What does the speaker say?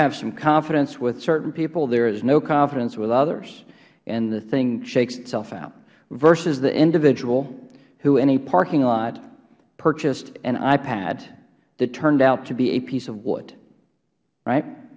have some confidence with certain people there is no confidence with others and the thing shakes itself out versus the individual who in a parking lot purchased an ipad that turned out to be a piece of wood right